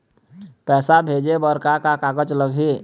पैसा भेजे बर का का कागज लगही?